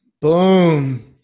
Boom